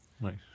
nice